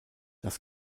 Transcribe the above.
das